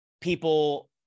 people